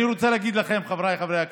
ואני רוצה להגיד לכם, חבריי חברי הכנסת,